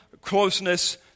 closeness